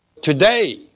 Today